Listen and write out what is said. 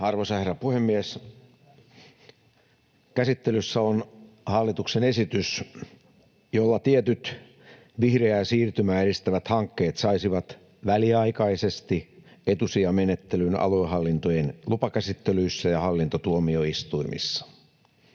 Arvoisa herra puhemies! Käsittelyssä on hallituksen esitys, jolla tietyt vihreää siirtymää edistävät hankkeet saisivat väliaikaisesti etusijamenettelyn aluehallintojen lupakäsittelyissä ja hallintotuomioistuimissa.